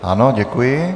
Ano, děkuji.